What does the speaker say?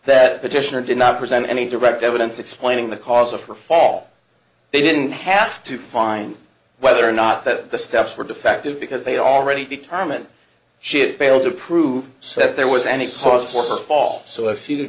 that petitioner did not present any direct evidence explaining the cause of her fall they didn't have to find whether or not that the steps were defective because they already determined shit failed to prove said there was any source for her fall so